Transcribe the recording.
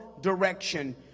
direction